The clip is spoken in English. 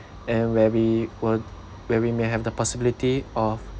and where we were would where we may have the possibility of